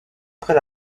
après